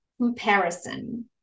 comparison